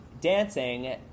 dancing